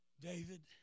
David